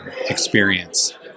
experience